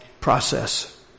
process